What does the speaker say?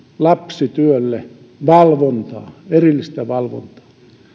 lapsityölle erillistä valvontaa